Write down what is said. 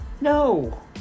No